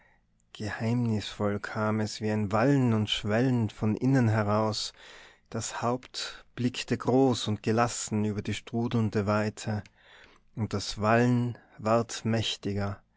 geheimnisvoll kam es wie ein wallen und schwellen von innen heraus das haupt blickte groß und gelassen über die strudelnde weite und das wallen ward mächtiger